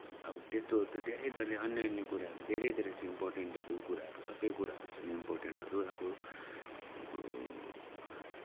अब त्यस्तोहरू त धेरै धेरै अन्य अन्य कुराहरू धेरै धेरै चाहिँ इम्पोर्टेन्टहरू कुराहरू छ सबै कुराहरू छ इम्पोर्टेन्टहरू अब अब